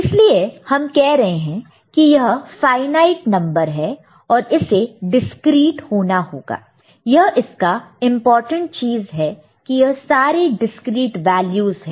इसलिए हम कह रहे हैं कि यह फाईनाइट नंबर है और इसे डिस्क्रीट होना होगा यह इसका एक इंपॉर्टेंट चीज है कि यह सारे डिस्क्रीट वैल्यूस है